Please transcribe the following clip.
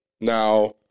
Now